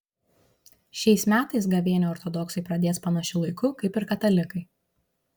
šiais metais gavėnią ortodoksai pradės panašiu laiku kaip ir katalikai